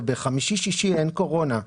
ובחמישי-שישי אין קורונה.